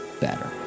better